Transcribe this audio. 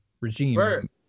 regime